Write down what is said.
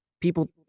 people